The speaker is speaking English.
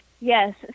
Yes